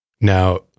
Now